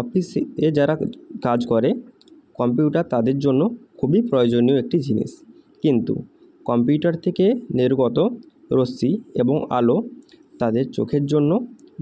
অফিসেতে যারা কাজ করে কম্পিউটার তাদের জন্য খুবই প্রয়োজনীয় একটি জিনিস কিন্তু কম্পিউটার থেকে নির্গত রশ্মি এবং আলো তাদের চোখের জন্য